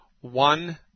One